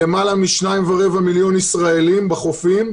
אלא בין שאין בכלל יכולת אכיפה לזה שתיתנו לנו היום יכולת אכיפה של ממש,